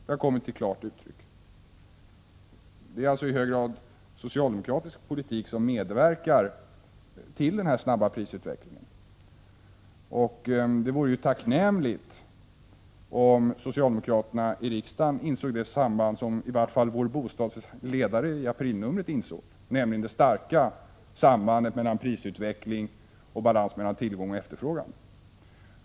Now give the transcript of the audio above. Detta har kommit till klart uttryck. Socialdemokraternas politik medverkar alltså i hög grad till den snabba prisutvecklingen. Det vore tacknämligt om socialdemokraterna i riksdagen insåg det samband som i varje fall ledarskribenten i aprilnumret av Vår Bostad insåg, nämligen det starka sambandet mellan prisutvegkling och balans mellan tillgång och efterfrågan.